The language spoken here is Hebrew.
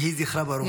יהי זכרה ברוך.